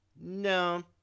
no